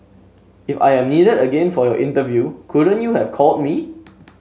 if I am needed again for your interview couldn't you have called me